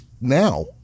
now